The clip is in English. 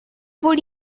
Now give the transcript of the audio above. would